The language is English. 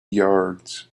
yards